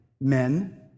men